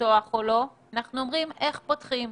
לפתוח או לא, אנחנו אומרים איך פותחים.